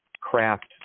craft